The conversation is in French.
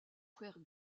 frères